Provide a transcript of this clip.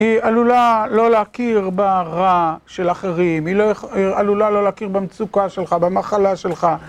היא עלולה לא להכיר ברע של אחרים, היא עלולה לא להכיר במצוקה שלך, במחלה שלך